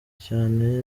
cyane